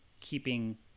keeping